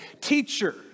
Teacher